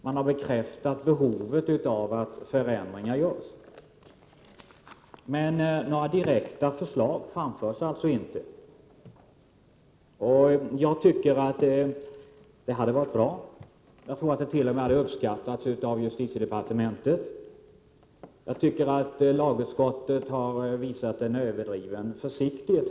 Man har bekräftat behovet av att förändringar vidtas. Men några direkta förslag framförs alltså inte. Det vore bra om utskottet hade gjort detta. Jag tror att det t.o.m. skulle ha uppskattats av justitiedepartementet. Lagutskottet har här visat en överdriven försiktighet.